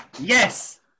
Yes